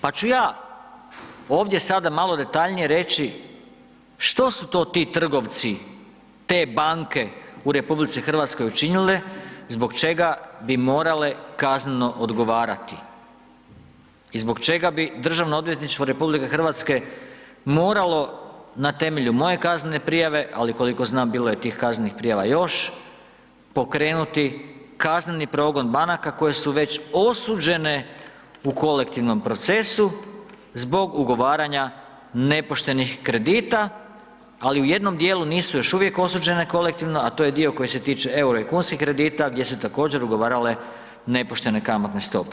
Pa ću ja ovdje sada malo detaljnije reći što su to ti trgovci, te banke u RH učinile zbog čega bi morale kazneno odgovarati i zbog čega bi Državno odvjetništvo RH moralo na temelju moje kaznene prijave, ali koliko znam, bilo je tih kaznenih prijava još, pokrenuti kazneni progon banaka koje su već osuđene u kolektivnom procesu zbog ugovaranja nepoštenih kredita, ali u jednom dijelu nisu još uvijek osuđene kolektivno, a to je dio koji se tiče eura i kunskih kredita, gdje su se također, ugovarale nepoštene kamatne stope.